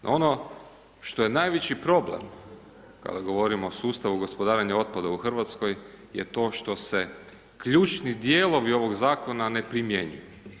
No ono što je najveći problem kada govorimo o sustavu gospodarenja otpadom u Hrvatskoj je to što se ključni dijelovi ovog zakona ne primjenjuju.